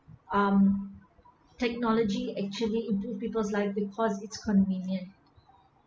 um technology actually improve people's life because it's convenient